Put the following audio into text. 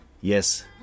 Yes